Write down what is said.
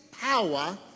power